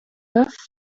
turf